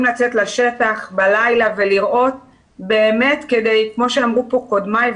לצאת לשטח בלילה ולראות באמת כדי כמו שאמרו פה קודמיי,